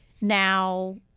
Now –